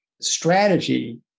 strategy